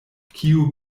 kiu